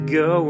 go